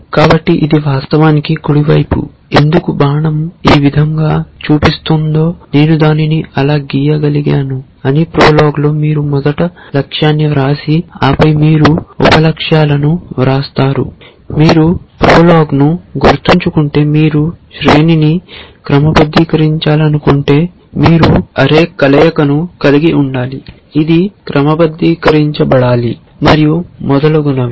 కాబట్టి ఇది వాస్తవానికి కుడి వైపు ఎందుకు బాణం ఈ విధంగా చూపిస్తుందో నేను దానిని అలా గీయగలిగాను కాని ప్రోలాగ్లో మీరు మొదట లక్ష్యాన్ని వ్రాసి ఆపై మీరు ఉప లక్ష్యాలను వ్రాస్తారు మీరు ప్రోలాగ్ను గుర్తుంచుకుంటే మీరు శ్రేణిని క్రమబద్ధీకరించాలనుకుంటే మీరు అరే కలయికను కలిగి ఉండాలి ఇది క్రమబద్ధీకరించబడాలి మరియు మొదలగునవి